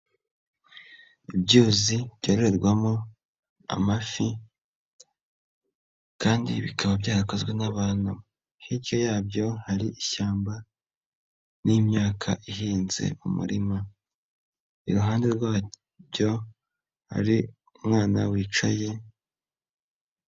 Ibyuzi byorerwamo amafi kandi bikaba byarakozwe n'abantu. Hirya yabyo hari ishyamba n'imyaka ihinze mu murima. Iruhande rwabyo hari umwana wicaye.